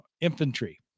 Infantry